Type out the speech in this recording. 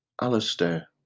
Alastair